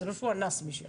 זה לא שהוא אנס מישהו עכשיו.